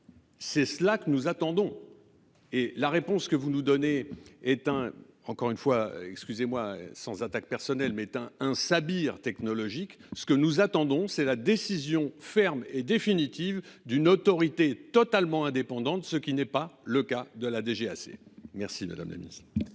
C'est cela que nous attendons. Et la réponse que vous nous donnez éteint. Encore une fois, excusez-moi, sans attaques personnelles mettant un sabir technologique. Ce que nous attendons, c'est la décision ferme et définitive d'une autorité totalement indépendante, ce qui n'est pas le cas de la DGAC. Merci de analyse.